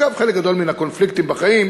אגב, חלק גדול מהקונפליקטים בחיים